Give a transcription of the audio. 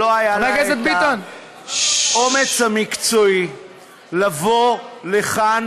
שלא היה לה האומץ המקצועי לבוא לכאן